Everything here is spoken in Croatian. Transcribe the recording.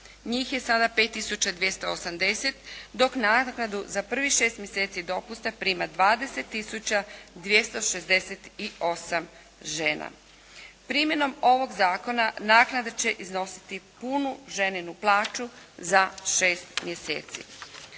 Njih je sada 5 tisuća 280 dok naknadu za prvih 6 mjeseci dopusta prima 20 tisuća 268 žena. Primjenom ovog Zakona naknada će iznositi punu ženinu plaću za 6 mjeseci.